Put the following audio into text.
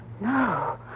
no